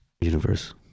universe